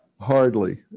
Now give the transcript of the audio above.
Hardly